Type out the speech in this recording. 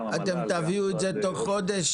גם המנכ"ל --- אתם תביאו את זה בתוך חודש?